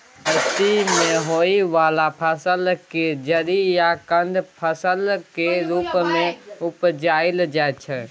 धरती तर में होइ वाला फसल केर जरि या कन्द फसलक रूप मे उपजाइल जाइ छै